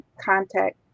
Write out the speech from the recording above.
contact